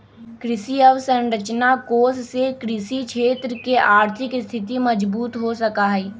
कृषि अवसरंचना कोष से कृषि क्षेत्र के आर्थिक स्थिति मजबूत हो सका हई